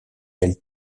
elles